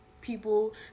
people